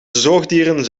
zoogdieren